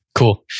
Cool